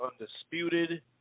Undisputed